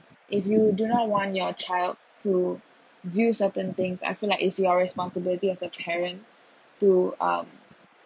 if you do not want your child to use certain things I feel like is your responsibility as a parent to um